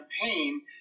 campaign